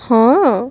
ହଁ